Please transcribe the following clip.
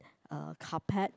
uh carpet